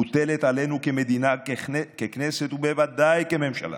מוטלת עלינו כמדינה, ככנסת, ובוודאי כממשלה,